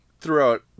throughout